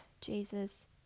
Jesus